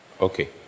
Okay